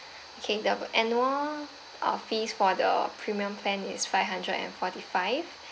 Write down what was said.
okay the annual uh fees for the premium plan is five hundred and forty five